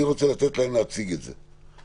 אני רוצה לתת להם להציג את זה.